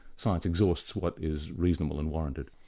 science exhausts what is reasonable and warranted.